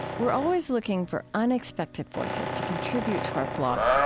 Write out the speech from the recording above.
we're always looking for unexpected voices to contribute to our blog.